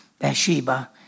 Bathsheba